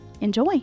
Enjoy